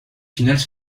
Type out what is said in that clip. finales